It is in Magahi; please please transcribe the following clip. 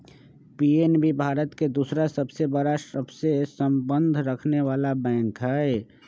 पी.एन.बी भारत के दूसरा सबसे बड़ा सबसे संबंध रखनेवाला बैंक हई